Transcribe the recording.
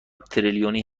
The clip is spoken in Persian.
تریلیونی